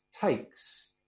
takes